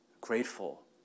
grateful